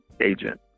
agent